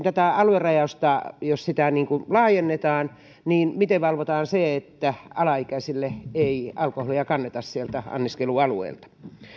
tätä aluerajausta laajennetaan niin miten valvotaan että alaikäisille ei alkoholia kanneta sieltä anniskelualueelta